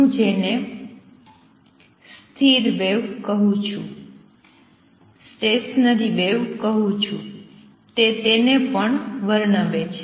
હું જેને stationary wave કહું છુ તે તેને પણ વર્ણવે છે